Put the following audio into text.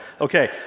Okay